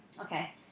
Okay